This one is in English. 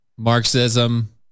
Marxism